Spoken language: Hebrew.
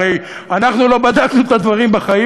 הרי אנחנו לא בדקנו את הדברים בחיים,